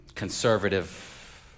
conservative